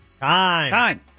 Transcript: Time